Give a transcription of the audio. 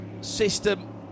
system